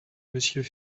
monsieur